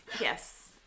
yes